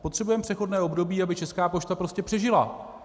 Potřebujeme přechodné období, aby Česká pošta prostě přežila.